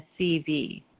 CV